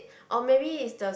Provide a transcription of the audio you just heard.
or maybe is the